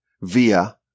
Via